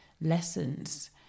lessons